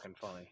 funny